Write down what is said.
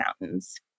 mountains